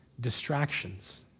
distractions